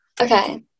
Okay